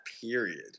Period